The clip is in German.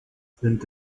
sind